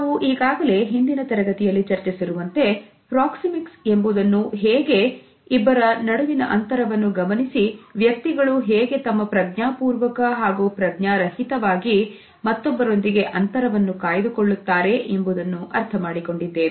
ನಾವು ಈಗಾಗಲೇ ಹಿಂದಿನ ತರಗತಿಯಲ್ಲಿ ಚರ್ಚಿಸಿರುವಂತೆ ಪ್ರಾಕ್ಸಿಮಿಕ್ಸ್ ಎಂಬುದನ್ನು ಹೇಗೆ ನಾವು ಇಬ್ಬರ ನಡುವಿನ ಅಂತರವನ್ನು ಗಮನಿಸಿ ವ್ಯಕ್ತಿಗಳು ಹೇಗೆ ತಮ್ಮ ಪ್ರಜ್ಞಾಪೂರ್ವಕವಾಗಿ ಹಾಗೂ ಪ್ರಜ್ಞಾ ರಹಿತವಾಗಿ ಮತ್ತೊಬ್ಬರೊಂದಿಗೆ ಅಂತರವನ್ನು ಕಾಯ್ದುಕೊಳ್ಳುತ್ತಾರೆ ಎಂಬುದನ್ನು ಅರ್ಥ ಮಾಡಿಕೊಂಡಿದ್ದೇವೆ